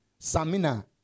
Samina